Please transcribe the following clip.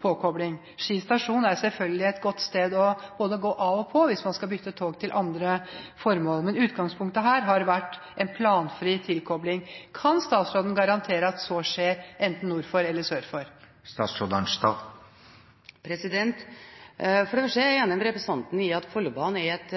påkobling. Ski stasjon er selvfølgelig et godt sted å gå både av og på hvis man skal bytte tog, men utgangspunktet her har vært en planfri tilkobling. Kan statsråden garantere at så skjer enten nord for eller sør for Ski stasjon? For det første er jeg enig med representanten i at Follobanen er et